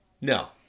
No